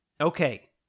Okay